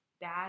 bad